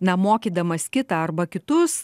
na mokydamas kitą arba kitus